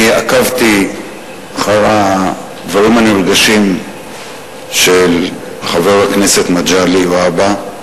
אני עקבתי אחרי הדברים הנרגשים של חבר הכנסת מגלי והבה,